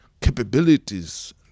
capabilities